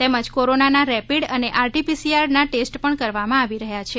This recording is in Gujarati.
તેમજ કોરોનાના રેપીડ અને આરટી પીસીઆરના ટેસ્ટ પણ કરવામાં આવી રહ્યા છે